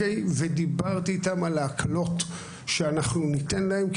ודיברתי איתם על ההקלות שאנחנו ניתן להם,